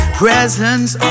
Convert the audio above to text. presents